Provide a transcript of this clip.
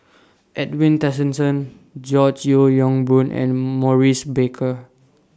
Edwin Tessensohn George Yeo Yong Boon and Maurice Baker